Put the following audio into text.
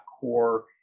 core